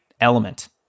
Element